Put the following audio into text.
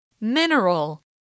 Mineral